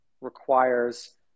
requires